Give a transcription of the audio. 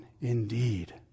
indeed